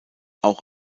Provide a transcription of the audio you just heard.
auch